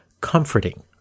comforting